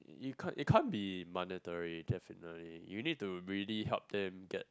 you can't you can't be monetary definitely you need to really help them get